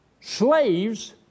slaves